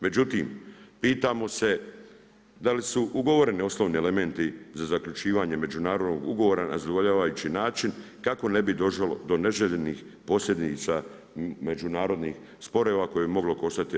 Međutim, pitamo se da li su ugovoreni osnovni elementi za zaključivanje međunarodnog ugovora na zadovoljavajući način kako ne bi došlo do neželjenih posljedica međunarodnih sporova koje bi moglo koštati RH.